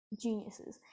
geniuses